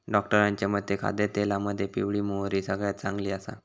डॉक्टरांच्या मते खाद्यतेलामध्ये पिवळी मोहरी सगळ्यात चांगली आसा